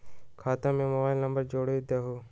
खाता में mobile number जोड़ दहु?